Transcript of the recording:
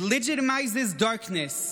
It legitimizes darkness.